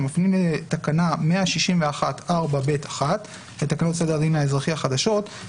כאשר מפנים לתקנה 161(4)(ב1) לתקנות סדר הדין האזרחי החדשות,